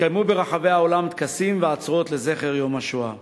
יתקיימו ברחבי העולם טקסים ועצרות לזכר השואה.